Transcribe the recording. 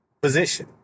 position